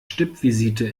stippvisite